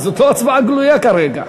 אבל זאת לא הצבעה גלויה כרגע.